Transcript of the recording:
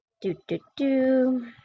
Do-do-do